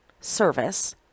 service